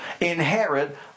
inherit